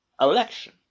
election